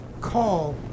call